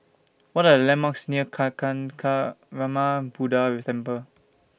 What Are The landmarks near Kancanarama Buddha with Temple